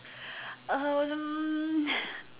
um